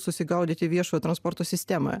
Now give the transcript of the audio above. susigaudyti viešojo transporto sistemą